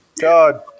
God